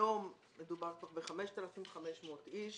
היום מדובר ב-5,500 איש